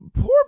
Poor